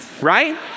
right